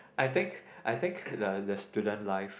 I think I think the the student life